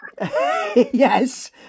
Yes